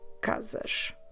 casas